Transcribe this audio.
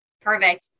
Perfect